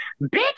bitch